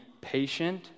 patient